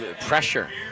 pressure